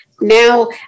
Now